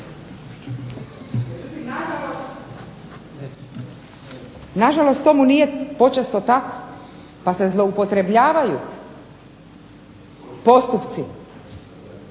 počesto tomu nije tako pa se zloupotrebljavaju postupci.